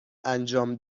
انجام